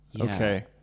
okay